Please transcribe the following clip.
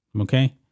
okay